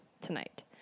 tonight